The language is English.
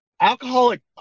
Alcoholic